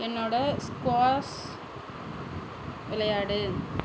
என்னோடு ஸ்குவாஸ் விளையாடு